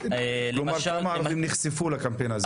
כמה ערבים נחשפו לקמפיין הזה?